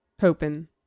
hoping